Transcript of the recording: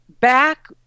back